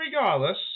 regardless